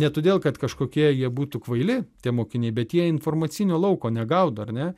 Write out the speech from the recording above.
ne todėl kad kažkokie jie būtų kvaili tie mokiniai bet jie informacinio lauko negaudo ar ne